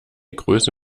größe